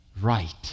right